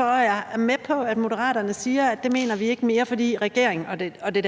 jeg er med på, at Moderaterne siger, at det mener de ikke mere på grund af det der med